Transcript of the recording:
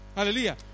Hallelujah